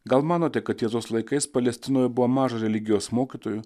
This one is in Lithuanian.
gal manote kad tiesos laikais palestinoj buvo maža religijos mokytojų